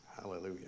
Hallelujah